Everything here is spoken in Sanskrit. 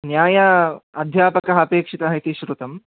न्याय अध्यापकः अपेक्षितः इति शृतं